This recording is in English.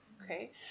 Okay